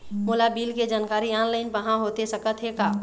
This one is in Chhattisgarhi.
मोला बिल के जानकारी ऑनलाइन पाहां होथे सकत हे का?